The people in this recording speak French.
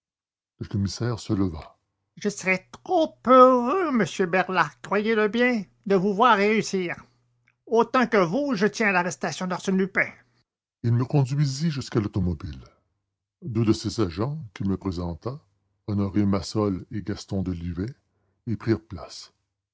le commissaire se leva je serais trop heureux monsieur berlat croyez-le bien de vous voir réussir autant que vous je tiens à l'arrestation d'arsène lupin il me conduisit jusqu'à l'automobile deux de ses agents qu'il me présenta honoré massol et gaston delivet y prirent place